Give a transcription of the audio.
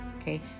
okay